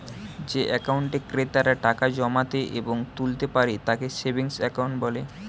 যে অ্যাকাউন্টে ক্রেতারা টাকা জমাতে এবং তুলতে পারে তাকে সেভিংস অ্যাকাউন্ট বলে